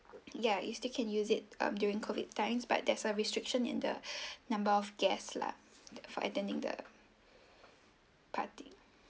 ya you still can use it um during COVID times but there's a restriction in the number of guests lah for attending the party